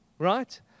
Right